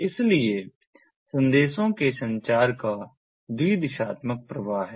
इसलिए संदेशों के संचार का द्वि दिशात्मक प्रवाह है